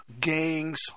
gangs